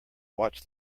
watched